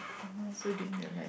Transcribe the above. why so dangerous